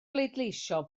bleidleisio